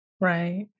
Right